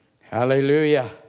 Hallelujah